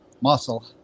muscle